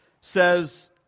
says